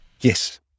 Yes